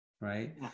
right